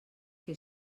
que